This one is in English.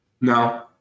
No